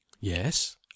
Yes